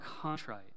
contrite